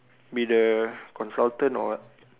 be the consultant or what